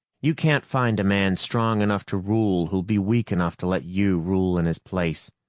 you can't find a man strong enough to rule who'll be weak enough to let you rule in his place.